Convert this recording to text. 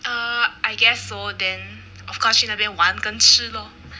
uh I guess so then of course 去那边玩跟吃 lor